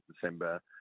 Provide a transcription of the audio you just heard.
December